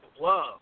love